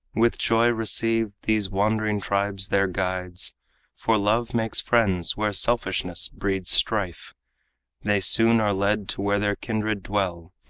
with joy received, these wandering tribes their guides for love makes friends where selfishness breeds strife they soon are led to where their kindred dwell.